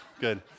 Good